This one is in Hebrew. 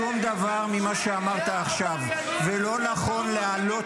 -- לשום דבר ממה שאמרת עכשיו ------- ולא נכון להעלות